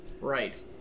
Right